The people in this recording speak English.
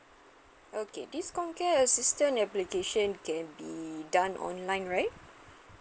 okay this comcare assistance application can be done online right